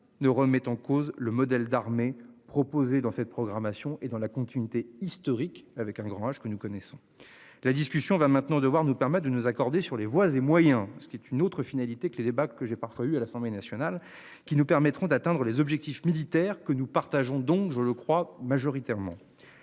ne remet en cause le modèle d'armée. Dans cette programmation est dans la continuité historique avec un grand H que nous connaissons. La discussion va maintenant devoir nous permet de nous accorder sur les voies et moyens, ce qui est une autre finalité que les débats que j'ai parfois eu à l'Assemblée nationale qui nous permettront d'atteindre les objectifs militaires que nous partageons donc je le crois majoritairement.